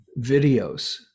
videos